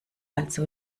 also